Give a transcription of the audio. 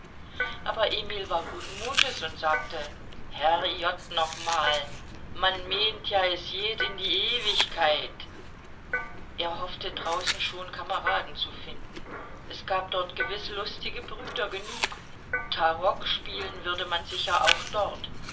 aber emil war guten mutes und sagte herrjott nochmal man meent ja es jeht in die ewigkeit er hoffte draußen schon kameraden zu finden es gab dort gewiß lustige brüder genug tarock spielen würde man sicher auch dort